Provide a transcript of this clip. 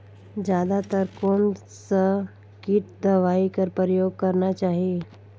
जादा तर कोन स किट दवाई कर प्रयोग करना चाही?